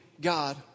God